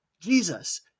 Jesus